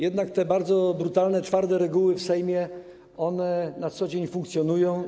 Jednak te bardzo brutalne, twarde reguły w Sejmie na co dzień funkcjonują.